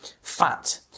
fat